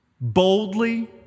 boldly